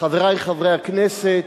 חברי חברי הכנסת,